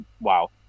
Wow